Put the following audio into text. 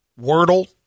Wordle